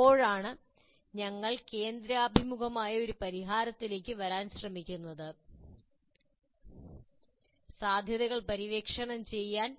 അപ്പോഴാണ് ഞങ്ങൾ കേന്ദ്രാഭിമുഖമായ ഒരു പരിഹാരത്തിലേക്ക് വരാൻ ശ്രമിക്കുന്നത് സാധ്യതകൾ പര്യവേക്ഷണം ചെയ്യാൻ